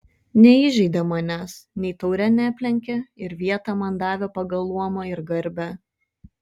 neįžeidė manęs nei taure neaplenkė ir vietą man davė pagal luomą ir garbę